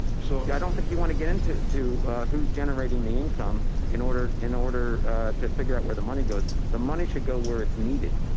so i don't think you wanna get into who's generating the income in order in order to figure out where the money goes, the money should go where it's needed.